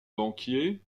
banquier